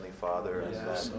Father